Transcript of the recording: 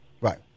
Right